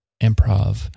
improv